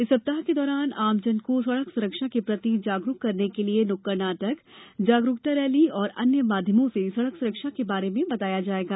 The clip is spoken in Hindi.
इस सप्ताह के दौरान आमजन को सड़क सुरक्षा के प्रति जागरूक करने के लिये नुक्कड़ नाटक जागरूकता रैली और अन्य माध्यमों से सडक सुरक्षा के बारे में बताया जाएगा